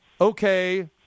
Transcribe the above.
okay